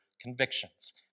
convictions